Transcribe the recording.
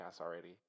already